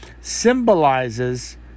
symbolizes